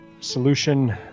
solution